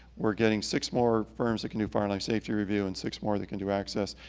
we're getting six more firms that can do fire and life safety review, and six more that can do access.